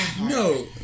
No